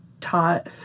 taught